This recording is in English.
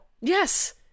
Yes